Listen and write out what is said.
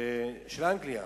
של אנגליה.